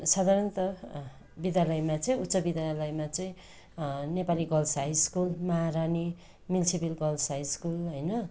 साधारणत विद्यालयमा चाहिँ उच्च विद्यालयमा चाहिँ Nepali girls high school Maharani municipal girls high school होइन